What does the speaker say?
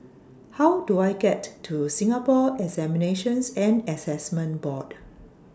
How Do I get to Singapore Examinations and Assessment Board